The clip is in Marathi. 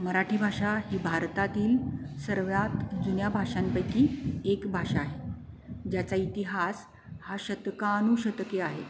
मराठी भाषा ही भारतातील सर्वात जुन्या भाषांपैकी एक भाषा आहे ज्याचा इतिहास हा शतकानुशतके आहे